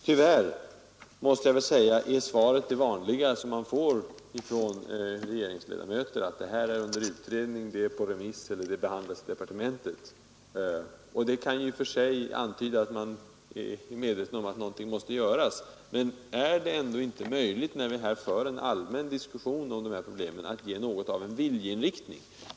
Tyvärr blev svaret det vanliga som man brukar få från regeringsledamöter: Detta är under utredning, frågan är på remiss eller behandlas i departementet. I och för sig kan detta antyda att man är medveten om att någonting måste göras. Men är det inte möjligt när vi nu för en allmän diskussion om dessa problem att ge något av en viljeinriktning?